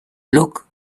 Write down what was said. look